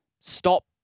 stop